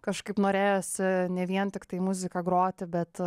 kažkaip norėjosi ne vien tiktai muziką groti bet